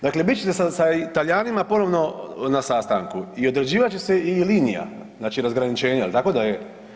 Dakle, bit ćete sa Talijanima ponovno na sastanku i određivat će se i linija razgraničenja jel tako da je?